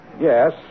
Yes